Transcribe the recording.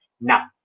Now